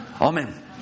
Amen